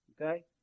Okay